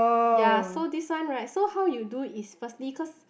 ya so this one right so how you do is firstly cause